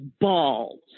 balls